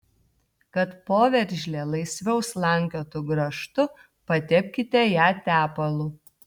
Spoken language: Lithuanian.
kad poveržlė laisviau slankiotų grąžtu patepkite ją tepalu